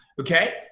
okay